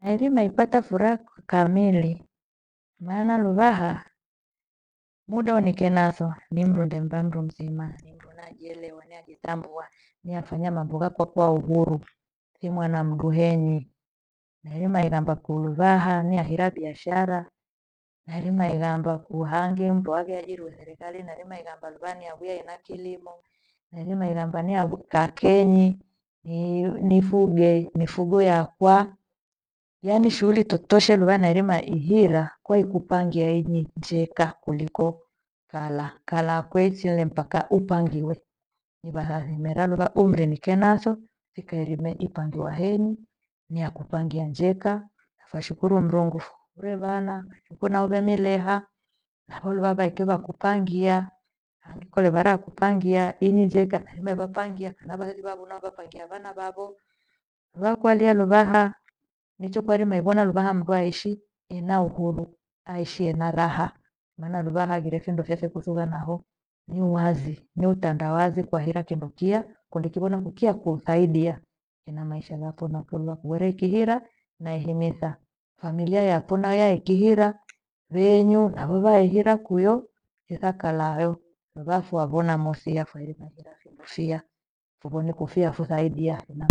Nairime ipata furaha ku- kamili, maana luvaha muda unikenatho ni umbri endemba mndu mzima, nimndu najielewa najitambua niafanya mambo ghakwa kwa uhuru thi mwana mndu henyi. Nairima ighamaba kulu vaha niahira biashara, nairima ighamba kuhangi mndu angeajiriwa serikali nadhima ighamba lunanie huya ena kilimo. Nairima ighamba niha vukaa kenyi nifuge mifugo yakwa yaani shughuli totoshe luva na irima ihira kwaikupangia inyi njeka kuliko kala. Kala kweichi nile mpaka upangiwe na vazazi mera umri nikenaso thikairime nipangiwa heni niyakupangia njeka. Nafashukuru mrungu, ure vana, na vachukuu nao vemileha na huyu vava ekeva akupangia. Hangikole vara akupangia inyenjeka tharime vapangia heva vasasi navo navapangia vana vavo. Vakwalia luvaha nichokwaerime ivona luvaha mndu aishi ena uhuru aishi ena raha. Maana luvaha haghire findo vyake kususa naho ni uwazi ni utandawazi kwahira kindo kiyaa kundekivona kukiya kusaidi ena maisha ghafo na ukiolewa kuwere ikihira na ihimisa familia ya yapho naya ikihira venyu navo vaeihira kwiyo ithakalayo vafua vonamosi yafairima na findo fia fugho ni kufia fusaidia.